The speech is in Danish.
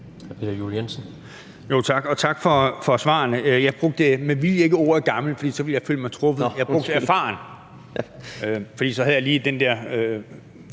tak for svarene. Jeg brugte med vilje ikke ordet gammel, for så ville jeg føle mig truffet. Jeg brugte ordet erfaren, for så havde jeg lidt en forhånd